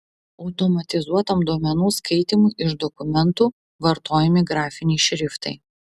automatizuotam duomenų skaitymui iš dokumentų vartojami grafiniai šriftai